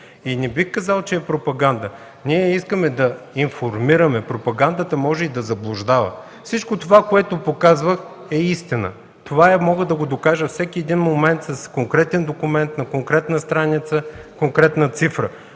Не бих казал, че е пропаганда. Ние искаме да информираме. Пропагандата може и да заблуждава. Всичко това, което се показва, е истина. Това мога да го докажа във всеки един момент с конкретен документ, на конкретна страница, с конкретна цифра.